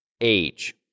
age